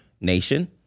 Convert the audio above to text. nation